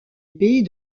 pays